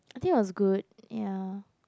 I think I was good ya